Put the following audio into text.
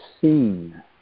seen